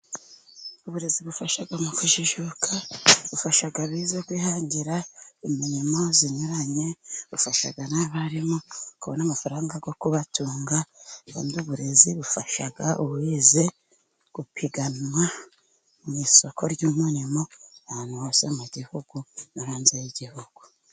Uburezi bufasha mu kujijuka, bufasha abize kwihangira imirimo inyuranye, bufasha n'abarimu kubona amafaranga yo kubatunga, uburezi bufasha ubize gupiganwa mu isoko ry'umurimo ahantu hose mu gihugu no hanze y'igihugu.